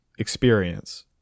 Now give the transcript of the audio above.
experience